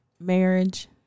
marriage